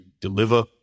deliver